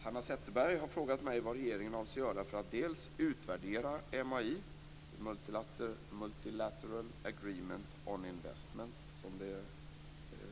Herr talman! Hanna Zetterberg har frågat mig vad regeringen avser göra för att dels utvärdera MAI, eller Multilateral Agreement on Investment, som det